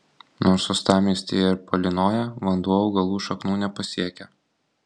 nors uostamiestyje ir palynoja vanduo augalų šaknų nepasiekia